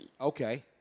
Okay